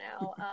now